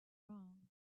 wrong